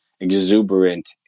exuberant